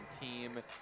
team